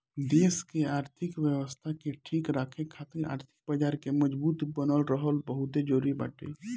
देस के आर्थिक व्यवस्था के ठीक राखे खातिर आर्थिक बाजार के मजबूत बनल रहल बहुते जरुरी बाटे